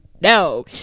no